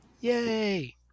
Yay